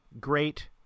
great